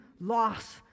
loss